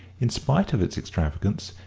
in spite of its extravagance,